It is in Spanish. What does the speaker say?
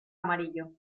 amarillo